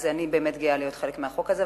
לכן אני באמת גאה להיות חלק מהחוק הזה,